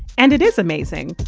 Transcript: and it is amazing!